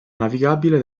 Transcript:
navigabile